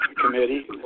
committee